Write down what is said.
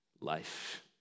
life